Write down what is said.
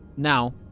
now,